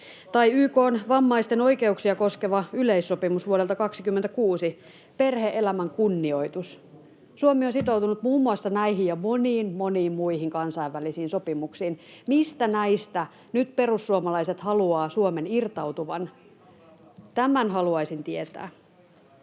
Tai YK:n vammaisten oikeuksia koskeva yleissopimus vuodelta 26: perhe-elämän kunnioitus. Suomi on sitoutunut muun muassa näihin ja moniin moniin muihin kansainvälisiin sopimuksiin. Mistä näistä nyt perussuomalaiset haluavat Suomen irtautuvan? [Mari Rantanen: Mistä